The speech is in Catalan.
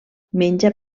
menja